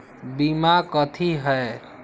बीमा कथी है?